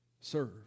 Serve